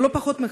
ולא פחות מזה,